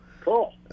Cool